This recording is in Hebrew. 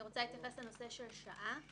אני רוצה להתייחס לנושא השעה.